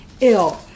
ill